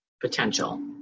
potential